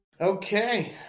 okay